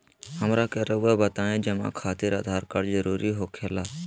हमरा के रहुआ बताएं जमा खातिर आधार कार्ड जरूरी हो खेला?